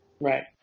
Right